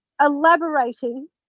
elaborating